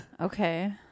Okay